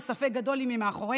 ספק גדול אם היא מאחורינו,